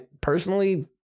personally